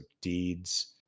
deeds